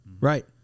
Right